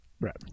right